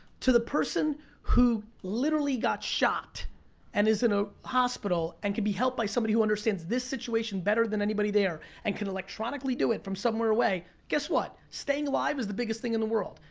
to the person who literally got shot and is in a hospital, and can be helped by somebody who understands this situation better than anybody there, and can electronically do it from somewhere away, guess what? staying alive is the biggest thing in the world.